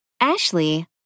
Ashley